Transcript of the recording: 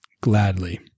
gladly